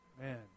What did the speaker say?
Man